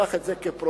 לקח את זה כפרויקט